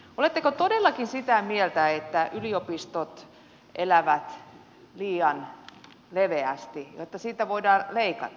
oletteko todellakin sitä mieltä että yliopistot elävät liian leveästi niin että niistä voidaan leikata